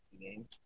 game